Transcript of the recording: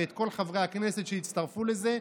ואת כל חברי הכנסת שהצטרפו לזה.